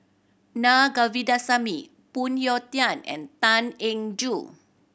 Naa Govindasamy Phoon Yew Tien and Tan Eng Joo